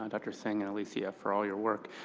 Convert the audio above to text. um dr. singh and alicia, for all your work.